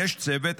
יש צוות,